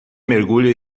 mergulho